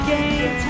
Game